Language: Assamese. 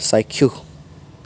চাক্ষুষ